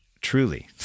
truly